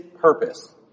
purpose